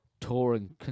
touring